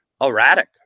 erratic